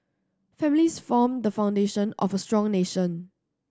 families form the foundation of a strong nation